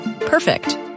Perfect